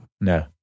No